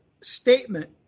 statement